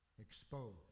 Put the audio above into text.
Exposed